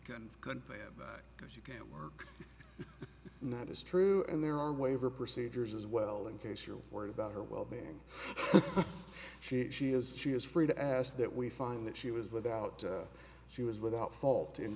because you can't work and that is true and there are waiver procedures as well in case you're worried about her well being she she is she is free to ask that we find that she was without she was without fault in